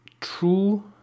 true